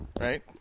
right